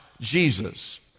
Jesus